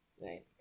right